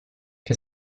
che